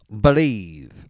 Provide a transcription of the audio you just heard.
believe